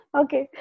okay